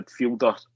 midfielder